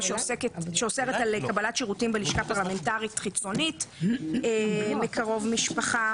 שאוסרת על קבלת שירותים בלשכה פרלמנטרית חיצונית מקרוב משפחה.